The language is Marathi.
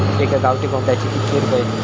एका गावठी कोंबड्याचे कितके रुपये?